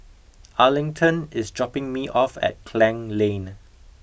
Arlington is dropping me off at Klang Lane